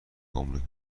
گمرگ